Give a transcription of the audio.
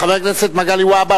חבר הכנסת מגלי והבה,